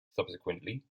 subsequently